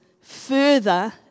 further